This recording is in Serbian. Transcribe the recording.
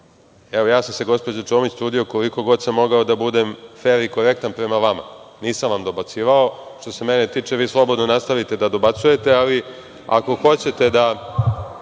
Evo, gospođo Čomić, trudio sam se koliko god sam mogao da budem fer i korektan prema vama, nisam vam dobacivao. Što se mene tiče, vi slobodno nastavite da dobacujete, ali ako hoćete da